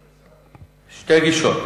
הכנסת שתי גישות,